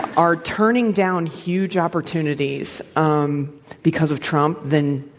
are turning down huge opportunities um because of trump, then,